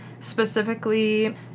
specifically